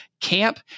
Camp